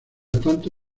tanto